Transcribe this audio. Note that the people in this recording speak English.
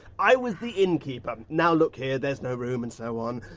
i was the innkeeper. now look here, there's no room, and so on.